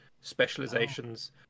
specializations